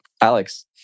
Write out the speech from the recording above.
Alex